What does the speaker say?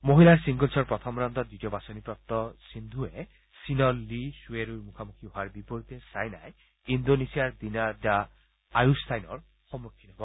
মহিলাৰ ছিংগলছৰ প্ৰথম ৰাউণ্ডত দ্বিতীয় বাছনিপ্ৰাপ্ত সিন্ধুৰে চীনৰ লি খুৱেৰুইৰ মুখামুখি হোৱাৰ বিপৰীতে ছাইনাই ইণ্ডোনেছিয়াৰ ডিনাৰ দ্যাহ আয়ুষ্টাইনৰ সন্মুখীন হব